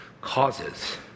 causes